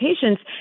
patients